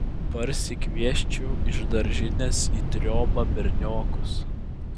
parsikviesčiau iš daržinės į triobą berniokus